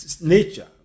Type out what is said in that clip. nature